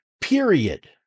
period